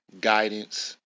guidance